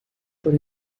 por